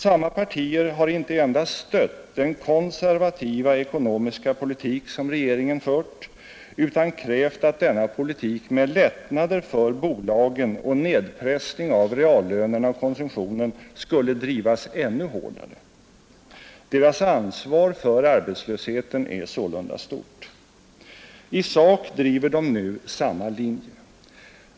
Samma partier har inte endast stött den konservativa ekonomiska politik som regeringen fört utan krävt att denna politik med lättnader för bolagen och nedpressning av reallönerna och konsumtionen skulle drivas ännu hårdare, Deras ansvar för arbetslösheten är sålunda stort. I sak driver de nu samma linje.